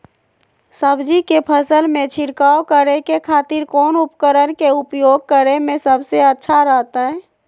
सब्जी के फसल में छिड़काव करे के खातिर कौन उपकरण के उपयोग करें में सबसे अच्छा रहतय?